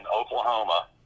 Oklahoma